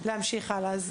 להמשיך הלאה.